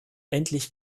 endlich